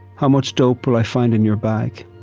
how much dope will i find in your bag?